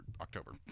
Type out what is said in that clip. October